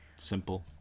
Simple